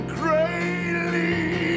greatly